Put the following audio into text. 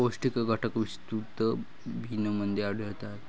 पौष्टिक घटक विस्तृत बिनमध्ये आढळतात